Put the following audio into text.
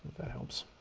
that helps.